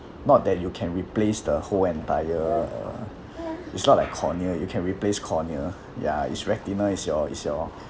not that you can replace the whole entire uh it's not like cornea you can replace cornea ya it's retina it's your it's your